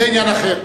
זה עניין אחר.